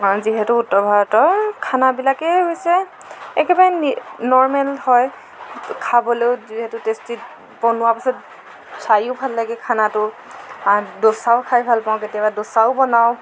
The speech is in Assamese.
কাৰণ যিহেতু উত্তৰ ভাৰতৰ খানাবিলাকেই হৈছে একেবাৰে নৰ্মেল হয় খাবলৈও যিহেতু টেষ্টি বনোৱা পিছত চায়ো ভাল লাগে খানাটো আৰু ডোচাও খাই ভাল পাওঁ কেতিয়াবা ডোচাও বনাওঁ